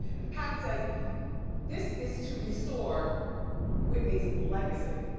and pat says this is to restore whitney's legacy.